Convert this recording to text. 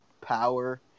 power